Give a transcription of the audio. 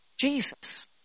Jesus